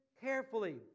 carefully